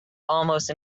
almost